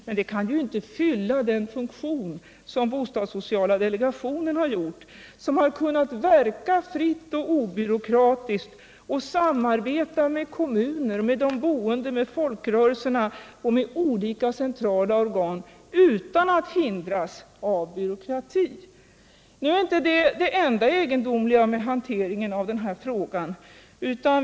Men det kan inte fylla samma funktion som bostadssociala delegationen, som har kunnat verka fritt och obyråkratiskt och sammarbeta med kommuner, med de boende, med folkrörelser och med olika centrala organ — utan att hindras av byråkrati. Nu är inte detta det enda egendomliga i hanteringen av den här frågan.